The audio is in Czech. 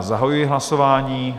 Zahajuji hlasování.